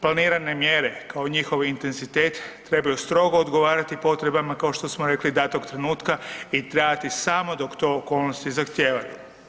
Planirane mjere, kao i njihov intenzitet, trebaju strogo odgovarati potrebama, kao što smo rekli, datog trenutka i dati samo dok to okolnosti zahtijevaju.